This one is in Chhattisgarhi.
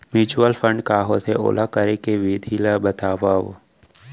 म्यूचुअल फंड का होथे, ओला करे के विधि ला बतावव